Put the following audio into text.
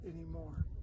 anymore